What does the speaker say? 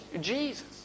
Jesus